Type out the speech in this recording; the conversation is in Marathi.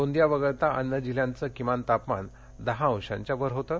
गोंदिया वगळता अन्य जिल्ह्यांचं किमान तापमान दहा अंशांच्या वर होतं